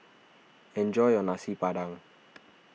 enjoy your Nasi Padang